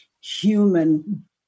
human